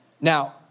Now